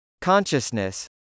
Consciousness